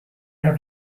have